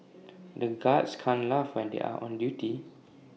the guards can't laugh when they are on duty